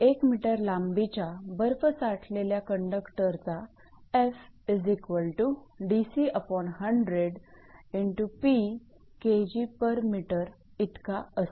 एक मीटर लांबीच्या बर्फ साठलेल्या कंडक्टरचा इतका असेल